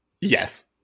Yes